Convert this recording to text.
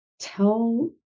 tell